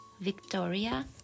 Victoria